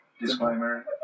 Disclaimer